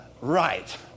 Right